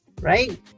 right